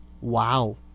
Wow